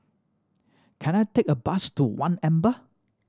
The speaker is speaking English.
can I take a bus to One Amber